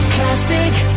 Classic